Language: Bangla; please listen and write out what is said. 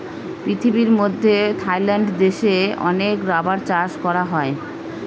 পৃথিবীর মধ্যে থাইল্যান্ড দেশে অনেক রাবার চাষ করা হয়